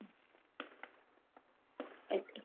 എട്ട്